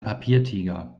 papiertiger